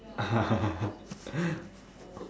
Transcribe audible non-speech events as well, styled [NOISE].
[LAUGHS]